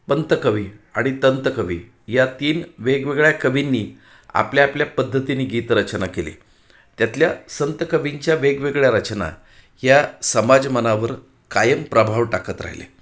बंत कवी आणि तंत कवी या तीन वेगवेगळ्या कवींनी आपल्या आपल्या पद्धतीनी गीतरचना केली त्यातल्या संत कवींच्या वेगवेगळ्या रचना या समाज मनावर कायम प्रभाव टाकत राहिले